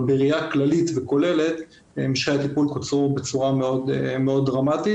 אבל בראייה כללית וכוללת משכי הטיפול קוצרו בצורה מאוד דרמטית,